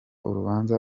urubanza